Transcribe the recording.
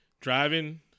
driving